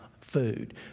food